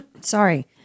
sorry